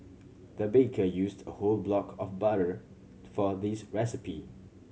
the baker used a whole block of butter for this recipe